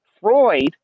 Freud